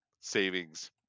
savings